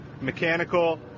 mechanical